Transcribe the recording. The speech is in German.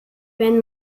wenn